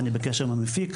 אני בקשר עם המפיק,